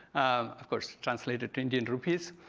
of course translated to indian rupees.